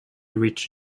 reach